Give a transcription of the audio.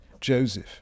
Joseph